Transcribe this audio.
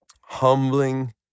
humbling